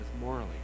morally